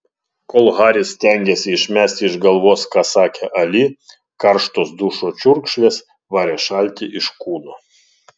kol haris stengėsi išmesti iš galvos ką sakė ali karštos dušo čiurkšlės varė šaltį iš kūno